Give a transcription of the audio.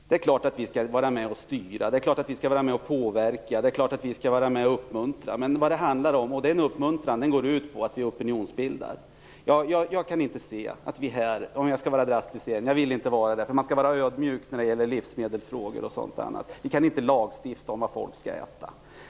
Det är klart att vi skall vara med och styra, det är klart att vi skall vara med och påverka, det är klart att vi skall vara med och uppmuntra, och den uppmuntran går ut på att vi opinionsbildar. Jag kan inte se att vi här kan lagstifta om vad folk skall äta, för att formulera det drastiskt igen; jag vill egentligen inte vara drastisk, för man skall vara ödmjuk när det gäller livsmedelsfrågor.